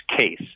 case